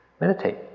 meditate